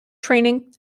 training